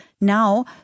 now